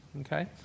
okay